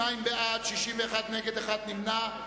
42 בעד, 61 נגד ואחד נמנע.